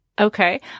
Okay